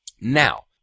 Now